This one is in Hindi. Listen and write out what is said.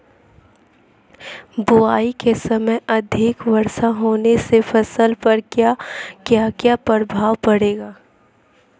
बुआई के समय अधिक वर्षा होने से फसल पर क्या क्या प्रभाव पड़ेगा?